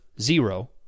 zero